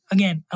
Again